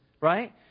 right